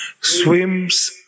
swims